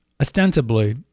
ostensibly